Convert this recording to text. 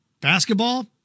basketball